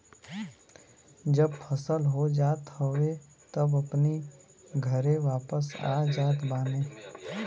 जब फसल हो जात हवे तब अपनी घरे वापस आ जात बाने